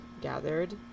gathered